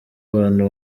abantu